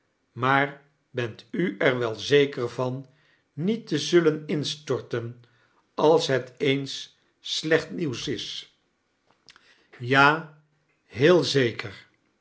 maar beat u er wel zeker vam niet te zullen instorten als het eens s lecht nieuws is ja heel zeker